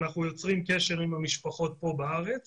אנחנו יוצרים קשר עם המשפחות פה בארץ